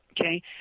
okay